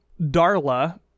darla